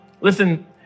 Listen